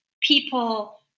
people